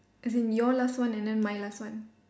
as in your last one and then my last one